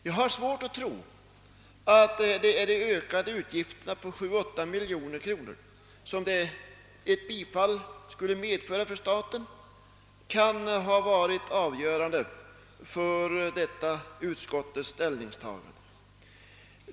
Jag har svårt att tro att de ökade utgifter på 7 å 8 miljoner kronor som ett bifall skulle medföra för staten, kan ha varit avgörande för detta utskottets ställningstagande.